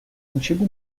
antigo